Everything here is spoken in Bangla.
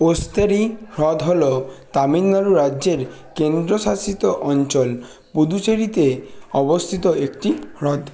ওস্তেরি হ্রদ হলো তামিলনাড়ু রাজ্যের কেন্দ্রশাসিত অঞ্চল পুদুচেরিতে অবস্থিত একটি হ্রদ